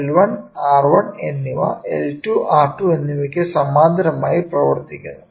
L 1 R 1 എന്നിവ L 2 R 2 എന്നിവയ്ക്ക് സമാന്തരമായി പ്രവർത്തിക്കുന്നു